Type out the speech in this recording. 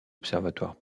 observatoire